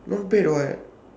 not bad [what]